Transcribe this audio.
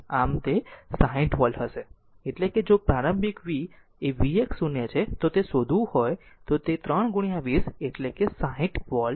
આમ તે 60 V હશે એટલે કે જો પ્રારંભિક V એ v x 0 છે તે શોધવું હોય તો તે 3 20 એટલે કે 60 V છે